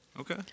Okay